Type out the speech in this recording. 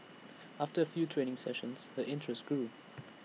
after A few training sessions her interest grew